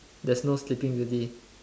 there's no sleeping beauty